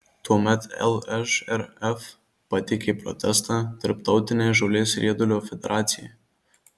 tuomet lžrf pateikė protestą tarptautinei žolės riedulio federacijai